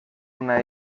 una